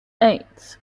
eight